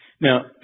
Now